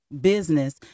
business